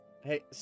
Hey